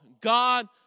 God